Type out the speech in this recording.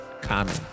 common